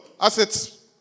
assets